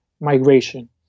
migration